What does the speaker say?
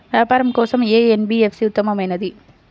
వ్యాపారం కోసం ఏ ఎన్.బీ.ఎఫ్.సి ఉత్తమమైనది?